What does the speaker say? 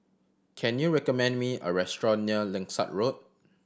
can you recommend me a restaurant near Langsat Road